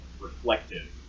reflective